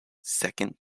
second